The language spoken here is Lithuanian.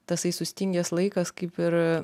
tasai sustingęs laikas kaip ir